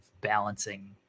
balancing